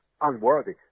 unworthy